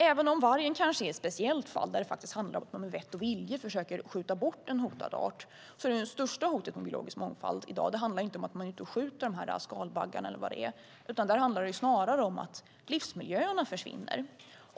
Även om vargen är ett speciellt fall där man med vett och vilja försöker skjuta bort en hotad art är det största hotet mot biologisk mångfald inte att man skjuter skalbaggar och annat utan att livsmiljöerna försvinner.